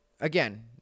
again